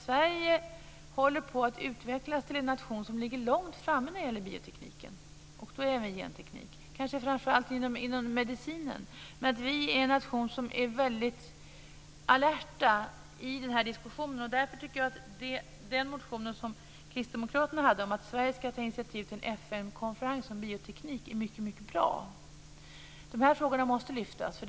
Sverige håller på att utvecklas till en nation som ligger långt framme när det gäller biotekniken, kanske framför allt inom medicinen. Vi är en nation som är väldigt alert i den här diskussionen. Därför tycker jag att den motion som Kristdemokraterna har om att Sverige ska ta initiativ till en FN-konferens om bioteknik är mycket bra. De här frågorna måste lyftas fram.